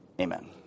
amen